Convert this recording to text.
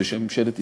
בשם ממשלת ישראל,